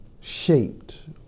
shaped